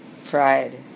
fried